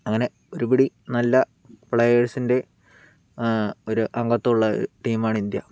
അങ്ങനെ ഒരുപിടി നല്ല പ്ലെയേഴ്സിൻ്റെ ഒരു അംഗത്വമുള്ള ടീമാണ് ഇന്ത്യ